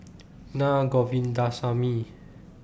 Na Govindasamy